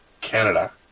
Canada